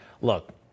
Look